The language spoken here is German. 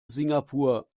singapur